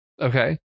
Okay